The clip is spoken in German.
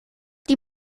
die